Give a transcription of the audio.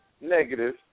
negative